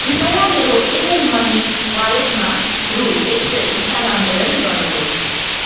कृपया मेरो Airtel money वालेटमा रु एक सय स्थानान्तरण गर्नुहोस्